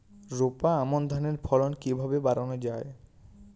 রোপা আমন ধানের ফলন কিভাবে বাড়ানো যায়?